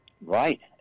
Right